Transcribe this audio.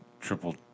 Triple